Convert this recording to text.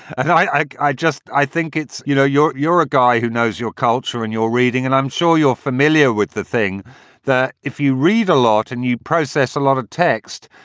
i i just i think it's you know, you're you're a guy who knows your culture and your reading. and i'm sure you're familiar with the thing that if you read a lot and you process a lot of text,